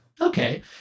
Okay